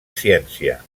ciència